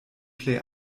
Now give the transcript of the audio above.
plej